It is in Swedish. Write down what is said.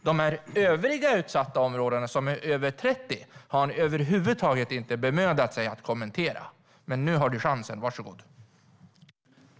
De övriga utsatta områdena - det är över 30 - har han över huvud taget inte bemödat sig om att kommentera. Men nu har Arhe Hamednaca chansen att svara på detta.